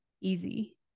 easy